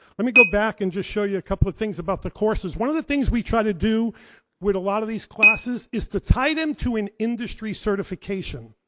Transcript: let me go back and just show you a couple of things about the courses. one of the things we try to do with a lot of these classes is to tie them to an industry certification.